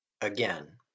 Again